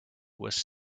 was